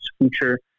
future